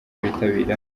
bitabira